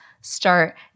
start